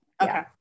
Okay